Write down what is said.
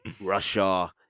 Russia